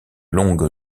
longue